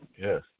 Yes